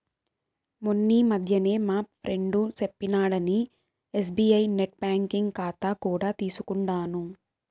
మొన్నీ మధ్యనే మా ఫ్రెండు సెప్పినాడని ఎస్బీఐ నెట్ బ్యాంకింగ్ కాతా కూడా తీసుకుండాను